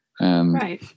Right